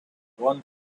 one